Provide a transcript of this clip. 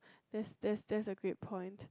that's that's that's a great point